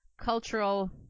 Cultural